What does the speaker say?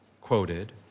quoted